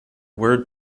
word